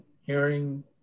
hearing